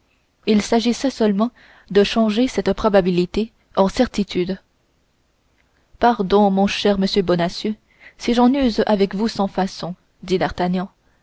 il s'agissait seulement de changer cette probabilité en certitude pardon mon cher monsieur bonacieux si j'en use avec vous sans façon dit